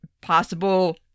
possible